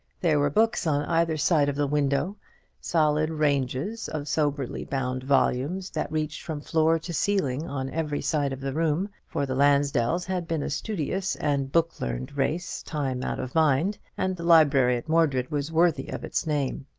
there were books on either side of the window solid ranges of soberly-bound volumes, that reached from floor to ceiling on every side of the room for the lansdells had been a studious and book-learned race time out of mind, and the library at mordred was worthy of its name.